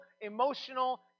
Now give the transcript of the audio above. emotional